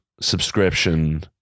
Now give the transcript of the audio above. subscription